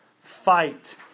fight